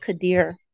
Kadir